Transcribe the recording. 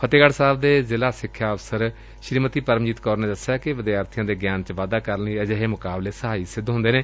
ਫਤਹਿਗੜ੍ ਸਾਹਿਬ ਦੇ ਜ਼ਿਲ੍ਹਾ ਸਿੱਖਿਆ ਅਫ਼ਸਰ ਸੈਕੰਡਰੀ ਸ਼੍ਰੀਮਤੀ ਪਰਮਜੀਤ ਕੌਰ ਨੇ ਦੱਸਿਆ ਕਿ ਵਿਦਿਆਰਥੀਆਂ ਦੇ ਗਿਆਨ ਚ ਵਾਧਾ ਕਰਨ ਲਈ ਅਜਿਹੇ ਮੁਕਾਬਲੇ ਸਹਾਈ ਸਿੱਧ ਹੁੰਦੇ ਨੇ